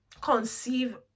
conceive